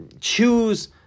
choose